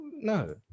no